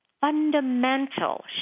fundamental